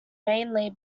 mainly